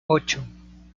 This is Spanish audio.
ocho